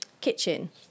kitchen